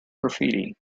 graffiti